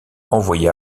envoyée